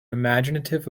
imaginative